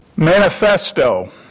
Manifesto